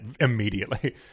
immediately